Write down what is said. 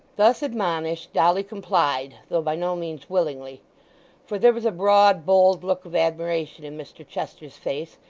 thus admonished, dolly complied, though by no means willingly for there was a broad, bold look of admiration in mr chester's face,